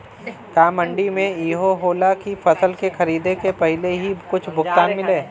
का मंडी में इहो होला की फसल के खरीदे के पहिले ही कुछ भुगतान मिले?